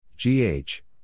G-H